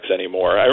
anymore